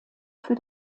für